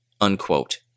Unquote